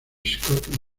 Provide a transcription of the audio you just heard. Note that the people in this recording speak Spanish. scott